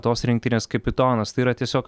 tos rinktinės kapitonas tai yra tiesiog